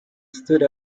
stood